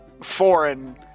foreign